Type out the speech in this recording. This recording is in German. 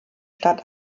stadt